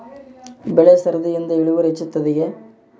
ಬೆಳೆ ಸರದಿಯಿಂದ ಇಳುವರಿ ಹೆಚ್ಚುತ್ತದೆಯೇ?